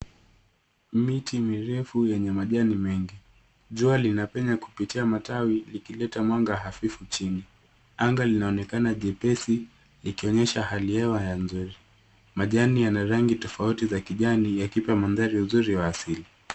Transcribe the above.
Miti mirefu yenye majani mengi. Jua linapenya kupitia matawi, likileta mwanga hafifu chini. Anga linaonekana jepesi, likionyesha hali ya hewa nzuri. Majani yana rangi tofauti za kijani yakipea mandhari uzuri wa asili.